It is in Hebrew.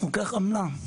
אני לוקח אותו לבדיקה,